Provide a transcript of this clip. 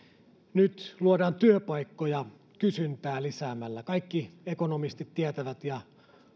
nyt luodaan työpaikkoja kysyntää lisäämällä kaikki ekonomistit tietävät ja